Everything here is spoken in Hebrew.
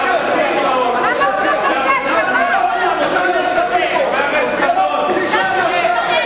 יוצאים מאולם המליאה.) זו בושה לכנסת.